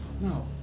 No